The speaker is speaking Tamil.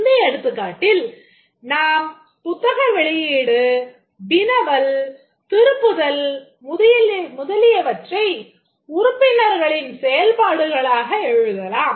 இந்த எடுத்துக்காட்டில் நாம் புத்தக வெளியீடு வினவல் திருப்புதல் முதலியவற்றை உறுப்பினர்களின் செயல்பாடுகளாக எழுதலாம்